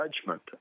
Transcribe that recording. judgment